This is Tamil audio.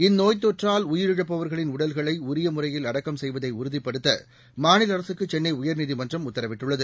இந்நோய் தொற்றால் உயிரிழப்பவர்களின் உடல்களை உரிய முறையில் அடக்கம் செய்வதை உறுதிப்படுத்த மாநில அரசுக்கு சென்னை உயர்நீதிமன்றம் உத்தரவிட்டுள்ளது